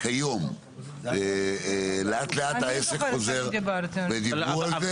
כיום לאט לאט העסק חוזר ודיברו על זה.